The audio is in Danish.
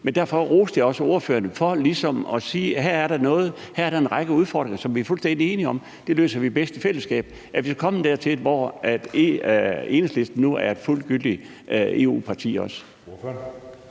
ud. Derfor roste jeg også ordføreren for ligesom at sige, at her er der noget, at her er der en række udfordringer, som vi er fuldstændig enige om at vi løser bedst i fællesskab. Er vi kommet dertil, at Enhedslisten nu også er et fuldgyldigt EU-parti? Kl.